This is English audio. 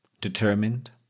determined